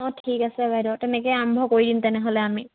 অঁ ঠিক আছে বাইদেউ তেনেকৈ আৰম্ভ কৰি দিম তেনেহ'লে আমি